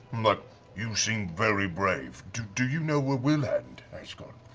but you seem very brave. do do you know where wilhand has gone?